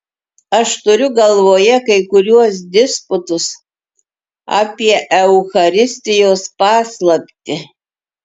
aš turiu galvoje kai kuriuos disputus apie eucharistijos paslaptį